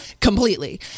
completely